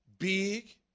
big